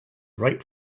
right